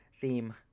theme